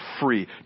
free